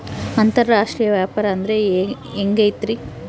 ಅಂತರಾಷ್ಟ್ರೇಯ ವ್ಯಾಪಾರ ಅಂದ್ರೆ ಹೆಂಗಿರ್ತೈತಿ?